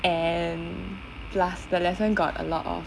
and plus the lesson got a lot of